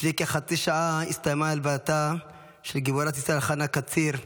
לפני כחצי שעה הסתיימה הלווייתה של גיבורת ישראל חנה קציר,